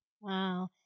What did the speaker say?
Wow